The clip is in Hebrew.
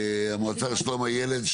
המועצה לשלום הילד.